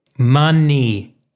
Money